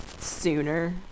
sooner